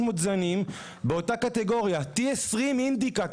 זנים באותה הקטגוריה; קראתם לזה: T20 Indica.